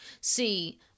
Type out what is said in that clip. See